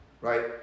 right